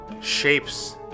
shapes